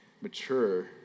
mature